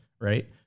Right